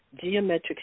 geometric